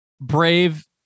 brave